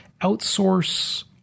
outsource